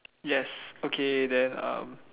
yes okay then uh